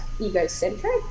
egocentric